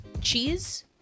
cheese